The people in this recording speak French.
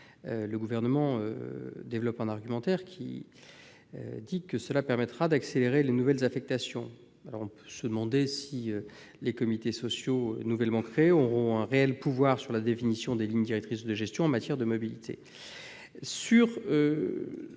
Le Gouvernement développe un argumentaire selon lequel cela permettra d'accélérer les nouvelles affectations. On peut toutefois se demander si les comités sociaux nouvellement créés auront un réel pouvoir sur la définition des lignes directrices de gestion en matière de mobilité.